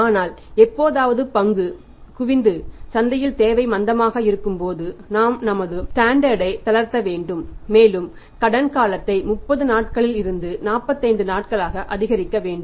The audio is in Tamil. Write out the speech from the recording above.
ஆனால் எப்போதாவது பங்கு குவிந்து சந்தையில் தேவை மந்தமாக இருக்கும்போது நாம் நமது ஸ்டாண்டர்ட் ஐ தளர்த்த வேண்டும் மேலும் கடன் காலத்தை 30 நாட்களில் இருந்து 45 நாட்களாக அதிகரிக்க வேண்டும்